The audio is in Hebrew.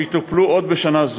שיטופלו עוד בשנה זו.